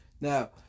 Now